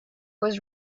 was